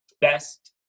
best